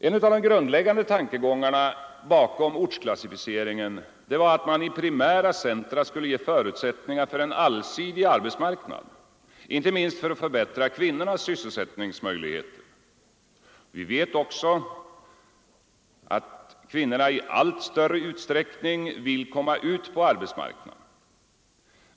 En av de grundläggande tankegångarna bakom ortsklassificeringen var att man i primära centra skulle ge förutsättningar för en allsidig arbetsmarknad — inte minst för att förbättra kvinnornas sysselsättningsmöjligheter. Vi vet också att kvinnorna i allt större utsträckning vill komma ut på arbetsmarknaden.